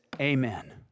Amen